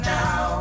now